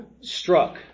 struck